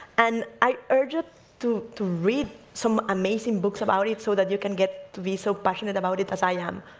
and i urge you to to read some amazing books about it, so that you can get to be so passionate about it as i am.